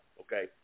Okay